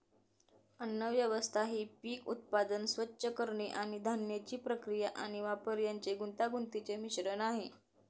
अन्नव्यवस्था ही पीक उत्पादन, स्वच्छ करणे आणि धान्याची प्रक्रिया आणि वापर यांचे गुंतागुंतीचे मिश्रण आहे